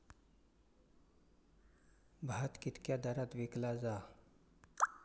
भात कित्क्या दरात विकला जा?